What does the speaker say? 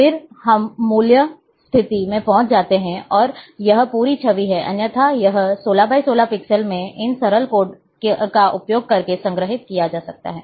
फिर हम मूल स्थिति में पहुँच जाते हैं और यह पूरी छवि है अन्यथा यह 16 × 16 पिक्सेल में इन सरल कोड का उपयोग करके संग्रहीत किया जा सकता है